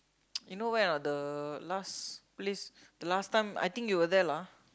you know where not the last place the last time I think you were there lah